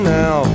now